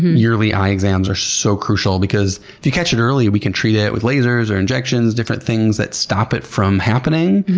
yearly eye exams are so crucial. because if you catch it early, we can treat it it with lasers or injections, different things that stop it from happening.